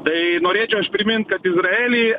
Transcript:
tai norėčiau aš primint kad izraely